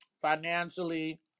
financially